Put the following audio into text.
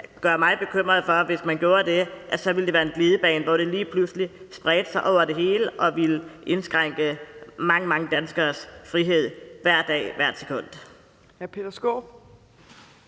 gør mig bekymret, for hvis man gjorde det, ville det være en glidebane, hvor det lige pludselig ville sprede sig over det hele og indskrænke mange, mange danskeres frihed hver dag, hvert sekund.